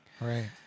Right